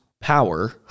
power